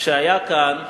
שהיה כאן,